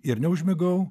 ir neužmigau